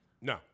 No